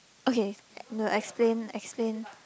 okay explain explain